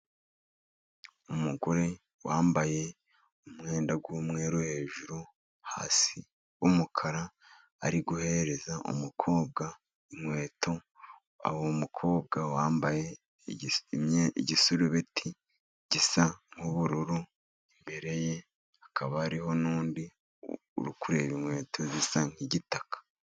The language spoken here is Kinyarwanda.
Umugore wambaye umwenda w'umweru hejuru, hasi w'umukara, ari guhereza umukobwa inkweto, uwo mukobwa wambaye igisurubeti gisa nk'ubururu, imbere ye hakaba hariho n'undi uri kureba inkweto zisa nk'igitaka.